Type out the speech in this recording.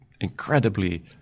incredibly